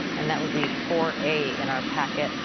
and that would be four a in our packet.